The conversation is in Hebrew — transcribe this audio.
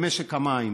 במשק המים,